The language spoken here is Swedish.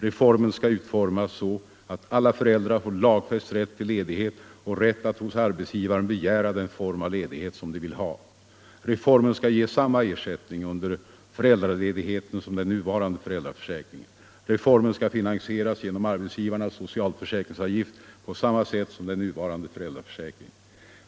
Reformen skall utformas så, att alta föräldrar får lagfäst rätt till ledighet och rätt att hos arbetsgivaren begära den form av ledighet som de vill ha. Reformen skall ge samma ersättning under föräldraledigheten som den nuvarande föräldraförsäkringen. Reformen skall finansieras genom arbetsgivarnas socialförsäkringsavgift på samma sätt som den nuvarande föräldraförsäkringen.